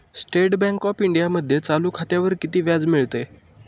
State bank of इंडियामध्ये चालू खात्यावर किती व्याज मिळते?